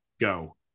Go